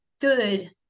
good